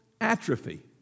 atrophy